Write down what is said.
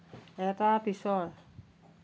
এটাৰ পিছৰ